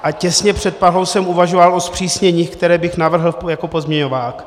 A těsně před Prahou jsem uvažoval o zpřísněních, která bych navrhl jako pozměňovák.